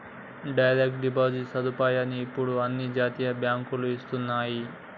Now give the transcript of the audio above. direct deposit సదుపాయాన్ని ఇప్పుడు అన్ని జాతీయ బ్యేంకులూ ఇస్తన్నయ్యి